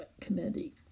committee